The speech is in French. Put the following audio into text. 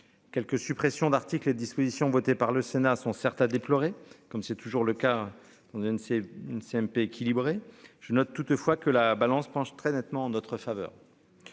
Quelques suppressions d'articles et dispositions votées par le Sénat sont certes a déploré comme c'est toujours le cas. On a une c'est une CMP équilibré. Je note toutefois que la balance penche très nettement en notre faveur.